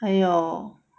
还有